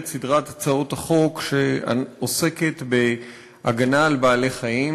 הצעת החוק הבאה היא הצעת חוק צער בעלי-חיים (הגנה על בעלי-חיים)